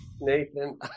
Nathan